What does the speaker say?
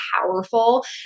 powerful